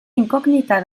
inkognita